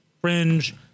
fringe